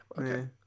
okay